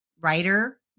Writer